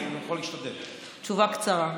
תשובה קצרה.